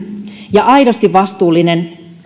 ja aidosti vastuullinen